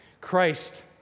Christ